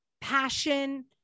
passion